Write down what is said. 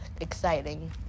exciting